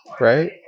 right